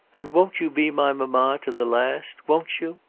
and won't you be my mamma to the last won't you?